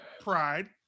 Pride